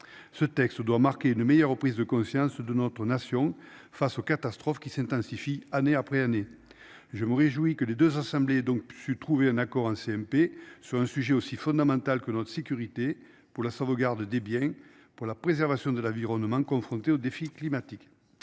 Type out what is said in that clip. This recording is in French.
Ce texte doit marquer une meilleure prise de conscience de notre nation face aux catastrophes qui s'intensifie, année après année. Je me réjouis que les 2 assemblées donc su trouver un accord en CMP sur un sujet aussi fondamental que notre sécurité pour la sauvegarde des biens pour la préservation de l'Aviron ne manquent confrontés au défi climatique.